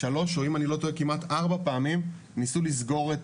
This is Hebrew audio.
שלוש או אם אני לא טועה כמעט ארבע פעמים ניסו לסגור את